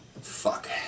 Fuck